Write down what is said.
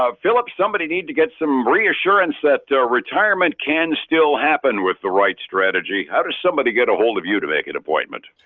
ah phillip, somebody need to get some reassurance that retirement can still happen with the right strategy. how does somebody get a hold of you to make an appointment?